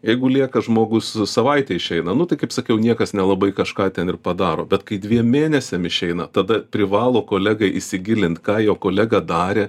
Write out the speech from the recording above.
jeigu lieka žmogus savaitei išeina nu tai kaip sakiau niekas nelabai kažką ten ir padaro bet kai dviem mėnesiam išeina tada privalo kolega įsigilint ką jo kolega darė